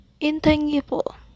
intangible